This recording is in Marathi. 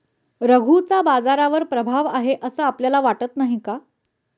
रघूचा बाजारावर प्रभाव आहे असं आपल्याला वाटत नाही का?